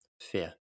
fear